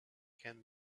can